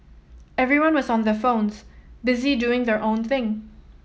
everyone was on their phones busy doing their own thing